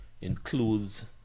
includes